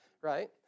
right